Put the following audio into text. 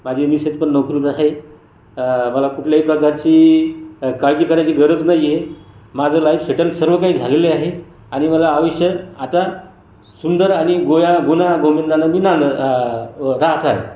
माझी मिसेस पण नोकरीला आहे मला कुठल्याही प्रकारची काळजी करायची गरज नाही आहे माझं लाइफ सेटल सर्व काही झालेले आहे आणि मला आयुष्यात आता सुंदर आणि गोव्या गुण्यागोविंदानं मी नांद आ व् राहत आहे